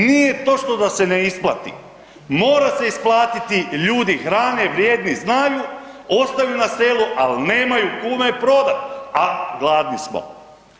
Nije točno da se ne isplati, mora se isplatiti, ljudi hrane vrijedni znaju, ostaju na selu ali nemaju kome prodat, a gladni smo.